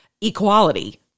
equality